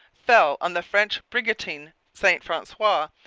fell on the french brigantine st francois,